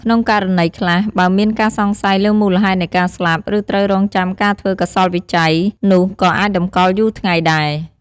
ក្នុងករណីខ្លះ បើមានការសង្ស័យលើមូលហេតុនៃការស្លាប់ ឬត្រូវរង់ចាំការធ្វើកោសល្យវិច័យ នោះក៏អាចតម្កល់យូរថ្ងៃដែរ។